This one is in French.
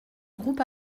groupe